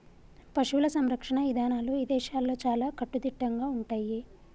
పశువుల సంరక్షణ ఇదానాలు ఇదేశాల్లో చాలా కట్టుదిట్టంగా ఉంటయ్యి